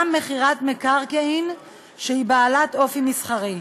גם מכירת מקרקעין שהיא בעלת אופי מסחרי,